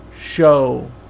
show